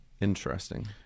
Interesting